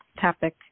topic